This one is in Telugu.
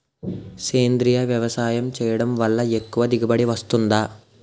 సేంద్రీయ వ్యవసాయం చేయడం వల్ల ఎక్కువ దిగుబడి వస్తుందా?